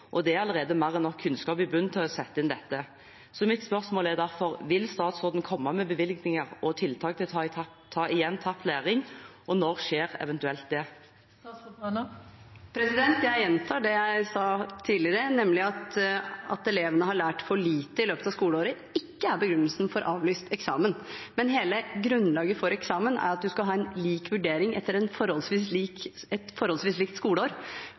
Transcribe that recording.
og det er allerede mer enn nok kunnskap i bunn til å sette inn dette. Mitt spørsmål er derfor: Vil statsråden komme med bevilgninger og tiltak til å ta igjen tapt læring, og når skjer det eventuelt? Jeg gjentar det jeg sa tidligere, nemlig at det at elevene har lært for lite i løpet av skoleåret, ikke er begrunnelsen for avlyst eksamen. Men hele grunnlaget for eksamen er at man skal ha en lik vurdering etter et forholdsvis